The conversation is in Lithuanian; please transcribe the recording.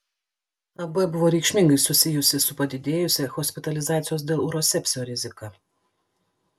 ab buvo reikšmingai susijusi su padidėjusia hospitalizacijos dėl urosepsio rizika